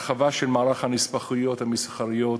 הרחבה של מערך הנספחויות המסחריות